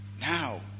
now